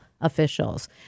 officials